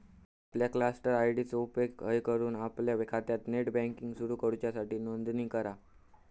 आपल्या cluster ID चो उपेग हय करून आपल्या खात्यात नेट बँकिंग सुरू करूच्यासाठी नोंदणी करा